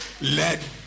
let